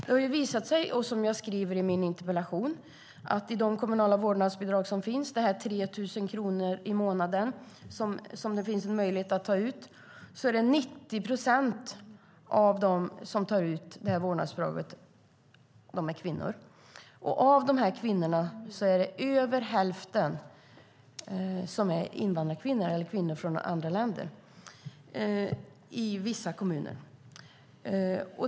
Det har visat sig, vilket jag skriver i min interpellation, att 90 procent av dem som tar ut det kommunala vårdnadsbidraget på 3 000 kronor i månaden är kvinnor. Av dessa kvinnor är över hälften invandrarkvinnor i vissa kommuner.